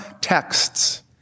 texts